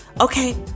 Okay